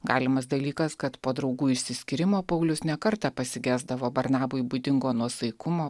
galimas dalykas kad po draugų išsiskyrimo paulius ne kartą pasigesdavo barnabui būdingo nuosaikumo